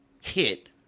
hit